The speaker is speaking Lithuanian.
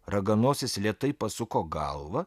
raganosis lėtai pasuko galvą